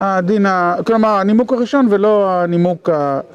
הדין... כלומר, הנימוק הראשון ולא הנימוק ה...